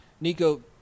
Nico